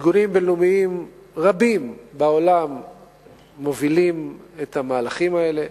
ארגונים בין-לאומיים רבים בעולם מובילים את המהלכים האלה.